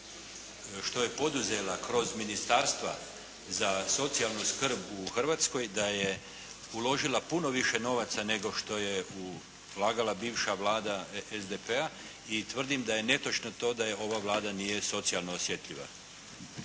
što je poduzela kroz Ministarstva za socijalnu skrb u Hrvatskoj, da je uložila puno više novaca nego što je ulagala bivša Vlada SDP-a. I tvrdim da je netočno to da ova Vlada nije socijalno osjetljiva.